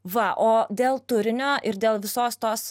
va o dėl turinio ir dėl visos tos